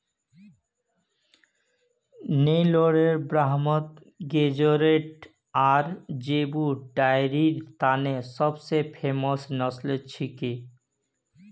Nellore Brahman Guzerat आर zebu डेयरीर तने सब स फेमस नस्ल छिके